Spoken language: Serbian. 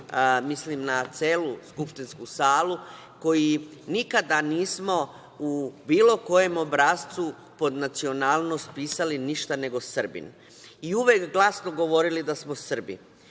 mislim na celu skupštinsku salu, koji nikada nismo u bilo kojem obrascu pod nacionalnost pisali ništa nego Srbin i uvek glasno govorili da smo Srbi. Dobro